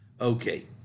Okay